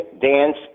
Dance